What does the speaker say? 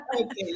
Okay